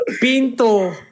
Pinto